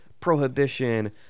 Prohibition